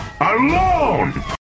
Alone